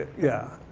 yeah.